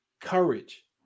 Courage